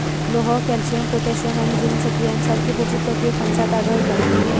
लोह, calcium, potassium आणि जीवनसत्त्वे यांसारखी पोषक तत्वे फणसात आढळतात